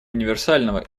универсального